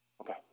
Okay